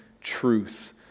truth